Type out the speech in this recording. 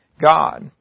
God